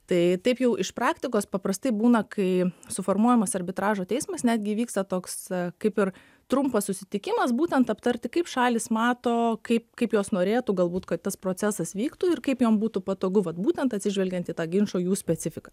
tai taip jau iš praktikos paprastai būna kai suformuojamas arbitražo teismas netgi vyksta toks kaip ir trumpas susitikimas būtent aptarti kaip šalys mato kaip kaip jos norėtų galbūt kad tas procesas vyktų ir kaip jom būtų patogu vat būtent atsižvelgiant į tą ginčo jų specifiką